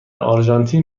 آرژانتین